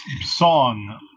song